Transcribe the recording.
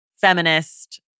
feminist